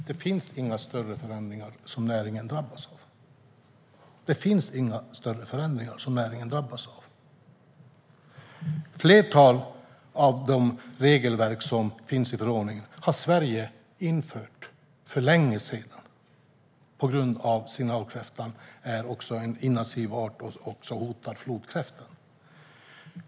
Herr talman! Det finns inga större förändringar som näringen drabbas av. Ett flertal av de regelverk som finns i förordningen har Sverige infört för länge sedan på grund av att signalkräftan är en invasiv art och hotar flodkräftan.